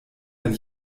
wenn